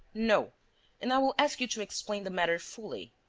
no and i will ask you to explain the matter fully,